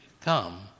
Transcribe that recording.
come